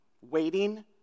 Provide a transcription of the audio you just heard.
waiting